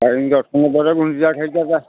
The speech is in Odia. ତାରିଣୀ ଦର୍ଶନ ପରେ ଗୁଣ୍ଡିଚାଘାଇଟା ଯା